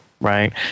Right